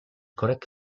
correct